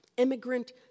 Immigrant